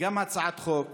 גם הצעת החוק